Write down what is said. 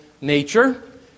nature